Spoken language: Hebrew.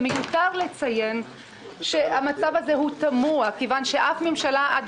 מיותר לציין שהמצב הזה תמוה מכיוון שאף ממשלה עד